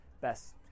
best